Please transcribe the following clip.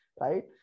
right